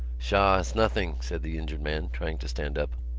sha s nothing, said the injured man, trying to stand up.